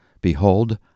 Behold